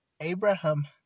Abraham